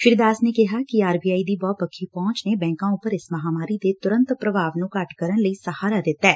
ਸ੍ਰੀ ਦਾਸ ਨੇ ਕਿਹਾ ਕਿ ਆਰ ਬੀ ਆਈ ਦੀ ਬਹੁਪੱਖੀ ਪਹੁੰਚ ਨੇ ਬੈਕਾਂ ਉਪਰ ਇਸ ਮਹਾਂਮਾਰੀ ਦੇ ਤਰੰਤ ਪੁਭਾਵ ਨੰ ਘੱਟ ਕਰਨ ਲਈ ਸਹਾਰਾ ਦਿੱਤੈ